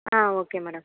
ah okay madam